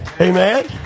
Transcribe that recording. Amen